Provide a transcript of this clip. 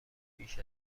بیش